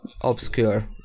obscure